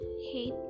hate